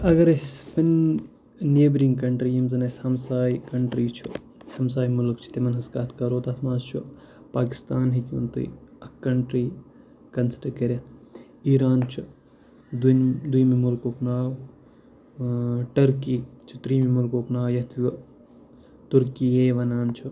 اگر أسۍ پنٕنۍ نٮ۪برِنٛگ کَنٹِرٛی یِم زَن اَسہِ ہمساے کَنٹِرٛی چھُ ہمساے مُلٕک چھِ تِمَن ہِنٛز کَتھ کَرو تَتھ منٛز چھُ پاکِستان ہیٚکہون تُہۍ اَکھ کَنٹِرٛی کَنسِڈَر کٔرِتھ ایٖران چھُ دوٚنۍ دۄیِمہِ مُلکُک ناو ٹٔرکی چھِ ترٛیٚیِمہِ مُلکُک ناو یَتھ ہُہ تُرکی یے وَنان چھُ